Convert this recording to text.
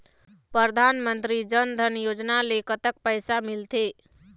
परधानमंतरी जन धन योजना ले कतक पैसा मिल थे?